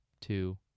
two